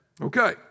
Okay